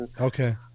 Okay